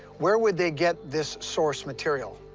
where would they get this source material?